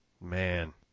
Man